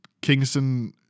Kingston